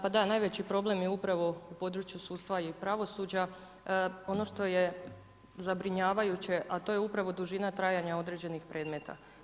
Pa da, najveći problem je upravo u području sustava i pravosuđa, ono što je zabrinjavajuće, a to je upravo dužina trajanja određenih predmeta.